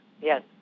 yes